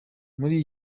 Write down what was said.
muri